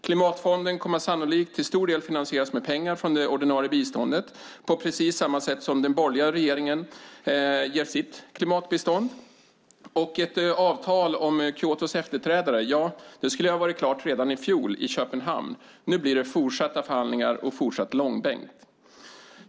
Klimatfonden kommer sannolikt att till stor del finansieras med pengar från det ordinarie biståndet, på precis samma sätt som den borgerliga regeringen ger sitt klimatbistånd, och ett avtal om Kyotos efterträdare skulle ha varit klart redan i fjol i Köpenhamn. Nu blir det fortsatta förhandlingar och fortsatt långbänk.